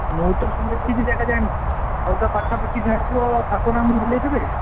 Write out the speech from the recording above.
ମୁଁ ତ ସବୁ ଏତିକି ଜାଗା ଜାଣିଛି ଆଉ ତା ପାଖାପାଖି ଯାହା ଆସିବ ଆପଣ ଆମକୁ ବୁଲେଇଦେବେ